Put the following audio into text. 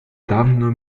dawno